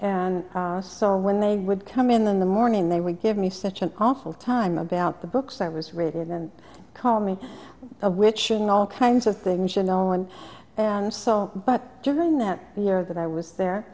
and so when they would come in the morning they would give me such an awful time about the books that was written and called me a witch in all kinds of things you know and and so but during that year that i was there